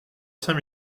cinq